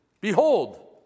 behold